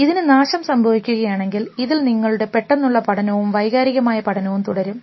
ഇതിനു നാശം സംഭവിക്കുകയാണെങ്കിൽ ഇതിൽ നിങ്ങളുടെ പെട്ടെന്നുള്ള പഠനവും വൈകാരികമായ പഠനവും തുടരും